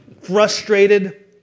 frustrated